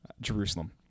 Jerusalem